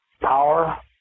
power